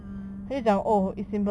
mm mm